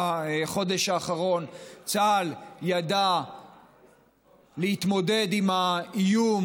בחודש האחרון צה"ל ידע להתמודד עם האיום